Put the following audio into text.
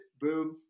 boom